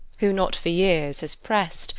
who not for years has press'd,